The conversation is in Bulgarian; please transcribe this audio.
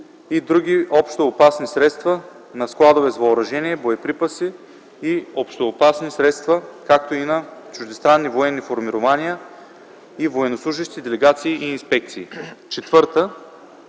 и други общоопасни средства, на складове с въоръжение, боеприпаси и общоопасни средства, както и на чуждестранни военни формирования и военнослужещи, делегации и инспекции; 4.